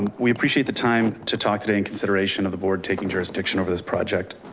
and we appreciate the time to talk today and consideration of the board taking jurisdiction over this project.